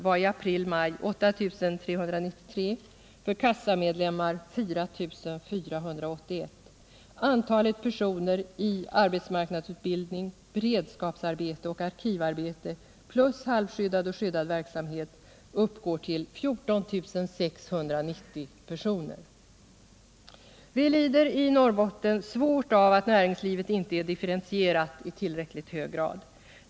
Vi lider i Norrbotten svårt av att näringslivet inte är differentierat i tillräckligt hög grad.